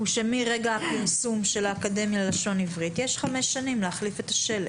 זה שמרגע הפרסום של האקדמיה ללשון עברית יש חמש שנים להחליף את השלט,